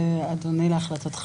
אדוני, להחלטתך.